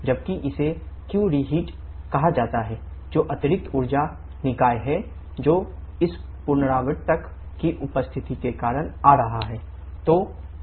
जबकि इसे qreheat कहा जाता है जो अतिरिक्त ऊर्जा निकाय है जो इस पुनरावर्तक की उपस्थिति के कारण आ रहा है